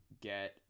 get